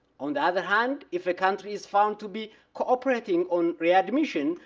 on the other hand, if a country is found to be cooperating on readmission,